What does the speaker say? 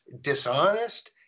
dishonest